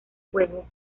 juego